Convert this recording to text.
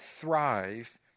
thrive